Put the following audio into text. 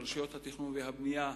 מרשויות התכנון והבנייה,